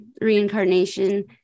reincarnation